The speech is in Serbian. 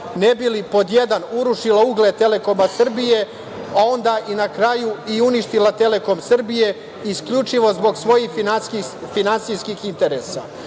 ne bi li, pod jedan, urušila ugled „Telekom Srbije“, a onda i na kraju i uništili „Telekom Srbiju“, isključivo zbog svojih finansijskih interesa. Šolaku